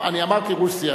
אני אמרתי רוסיה,